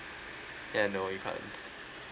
ya know you can't